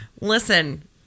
Listen